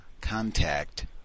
contact